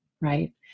right